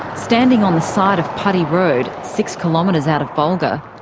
standing on the side of putty road, six kilometres out of bulga,